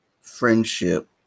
friendship